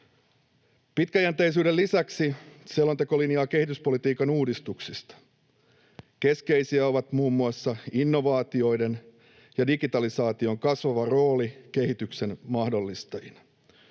Pitkäjänteisyyden lisäksi selonteko linjaa kehityspolitiikan uudistuksista. Keskeisiä ovat muun muassa innovaatioiden ja digitalisaation kasvava rooli kehityksen mahdollistajina.